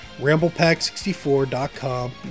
RamblePack64.com